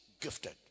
gifted